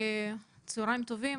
צהרים טובים,